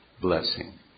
blessing